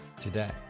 today